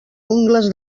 ungles